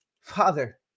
Father